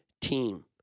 team